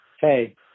Hey